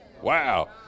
Wow